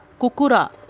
Kukura